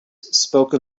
spoke